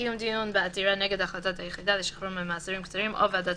קיום דיון בעתירה נגד החלטת היחידה לשחרור ממאסרים קצרים או ועדת